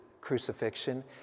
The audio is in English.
crucifixion